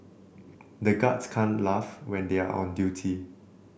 the guards can't laugh when they are on duty